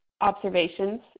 observations